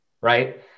right